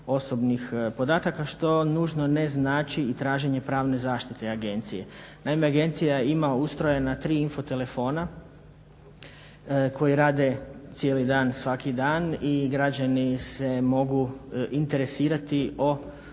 osobnih podataka što nužno ne znači i traženje pravne zaštite agencije. Naime, agencija ima ustrojena tri info telefona koji rade cijeli dan svaki dan i građani s mogu interesirati o